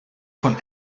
von